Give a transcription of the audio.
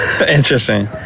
Interesting